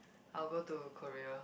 I'll go to Korea